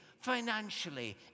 financially